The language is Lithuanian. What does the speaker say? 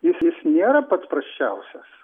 jis jis nėra pats prasčiausias